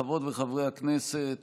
חברות וחברי הכנסת,